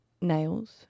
nails